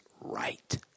right